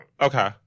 Okay